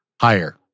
Higher